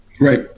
Right